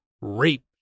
rape